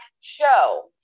show